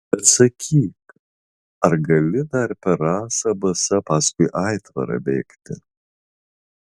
bet sakyk ar gali dar per rasą basa paskui aitvarą bėgti